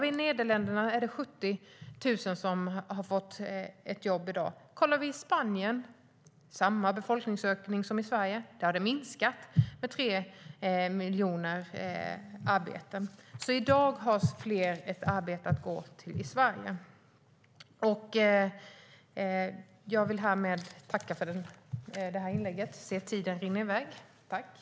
I Nederländerna är det i dag 70 000 som har fått jobb. I Spanien, som har samma befolkningsökning som i Sverige, har det blivit 3 miljoner färre arbeten. I Sverige är det fler som har ett arbete att gå till i dag.